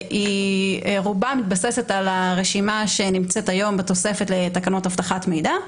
שרובה מתבססת על הרשימה שנמצאת היום בתוספת לתקנות אבטחת מידע,